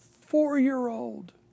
Four-year-old